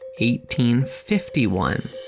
1851